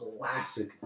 classic